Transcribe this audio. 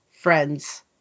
Friends